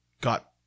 got